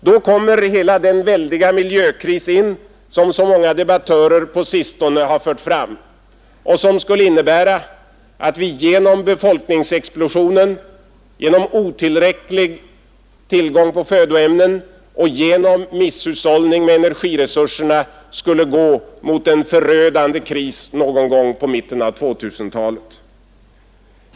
Då kommer hela den väldiga miljökris in som så många debattörer på sistone har fört fram och som skulle innebära att vi genom befolkningsexplosionen, genom otillräcklig tillgång på födoämnen, genom misshushållning med energiresurserna skulle gå mot en förödande kris någon gång vid mitten av 2000-talet.